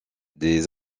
des